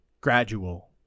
gradual